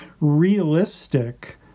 realistic